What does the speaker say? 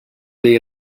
dei